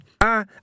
Ah